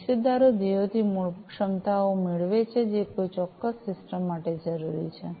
હિસ્સેદારો ધ્યેયોથી મૂળભૂત ક્ષમતાઓ મેળવે છે જે કોઈ ચોક્કસ સિસ્ટમ માટે જરૂરી છે